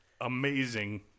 amazing